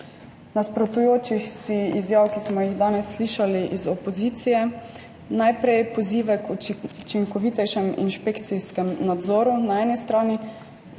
nasprotujočih si izjav, ki smo jih danes slišali iz opozicije. Najprej pozive k učinkovitejšemu inšpekcijskem nadzoru na eni strani,